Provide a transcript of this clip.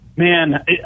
Man